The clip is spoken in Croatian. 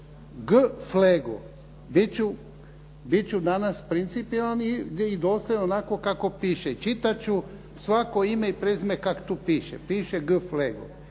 G. Flego, biti ću danas principijelan i doslovno onako kako piše, čitati ću svako ime i prezime kako tu piše, piše G. Flego.